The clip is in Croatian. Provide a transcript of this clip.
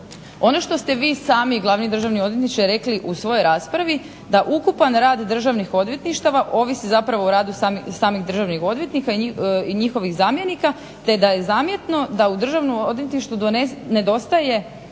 Ono što ste vi sami gospodine državni odvjetniče rekli u svojoj raspravi da ukupan rad Državnih odvjetništava ovisi o radu samih državnih odvjetnika i njihovih zamjenika, te da je zamjetno da u državnom odvjetništvu nedostaje